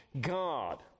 God